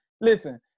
Listen